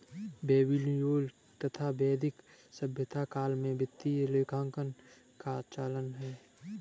Babylonian तथा वैदिक सभ्यता काल में वित्तीय लेखांकन का चलन था